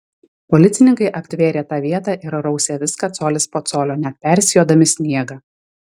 policininkai aptvėrė tą vietą ir rausė viską colis po colio net persijodami sniegą